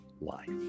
life